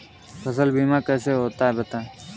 फसल बीमा कैसे होता है बताएँ?